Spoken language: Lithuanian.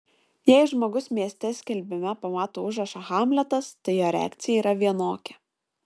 jei žmogus mieste skelbime pamato užrašą hamletas tai jo reakcija yra vienokia